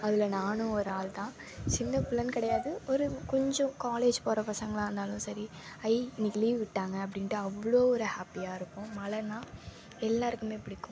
அதில் நானும் ஒரு ஆள்தான் சின்ன புள்ளைனு கிடையாது ஒரு கொஞ்சம் காலேஜ் போகிற பசங்களாக இருந்தாலும் சரி ஐ இன்னைக்கு லீவ் விட்டாங்க அப்படின்ட்டு அவ்வளோ ஒரு ஹப்பியாக இருக்கும் மழைன்னா எல்லோருக்குமே பிடிக்கும்